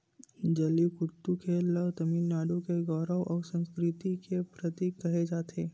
जल्लीकट्टू खेल ल तमिलनाडु के गउरव अउ संस्कृति के परतीक केहे जाथे